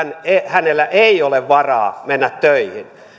hänellä ei ole varaa mennä töihin